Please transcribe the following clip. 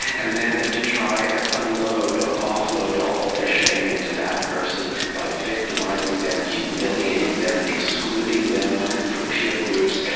and then to try and unload or offload all of their shame into that person by victimising them, humiliating them, excluding them from peer groups.